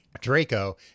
Draco